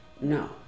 no